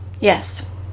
yes